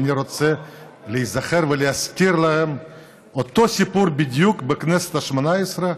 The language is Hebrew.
אני רוצה להיזכר ולהזכיר להם את אותו סיפור בדיוק בכנסת השמונה עשרה.